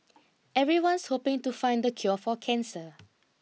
everyone's hoping to find the cure for cancer